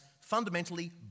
fundamentally